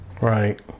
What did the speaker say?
Right